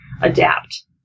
adapt